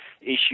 issue